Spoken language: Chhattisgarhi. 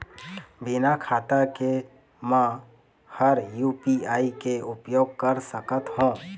बिना खाता के म हर यू.पी.आई के उपयोग कर सकत हो?